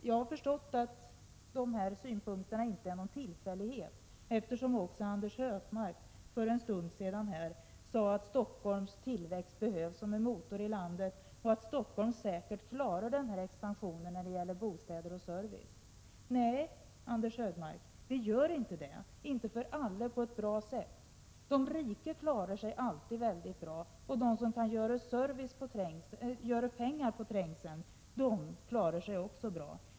Jag har förstått att dessa synpunkter inte är någon tillfällighet, eftersom också Anders Högmark för en stund sedan här sade att Stockholms tillväxt behövs som en motor i landet och att Stockholm säkert klarar denna expansion när det gäller bostäder och service. Nej, Anders Högmark, det gör inte Stockholm, inte för alla på ett bra sätt. De rika klarar sig alltid mycket bra, och de som kan göra pengar på trängseln klarar sig också bra.